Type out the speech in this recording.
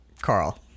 Carl